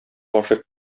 гашыйк